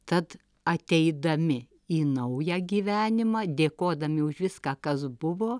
tad ateidami į naują gyvenimą dėkodami už viską kas buvo